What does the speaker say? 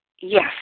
Yes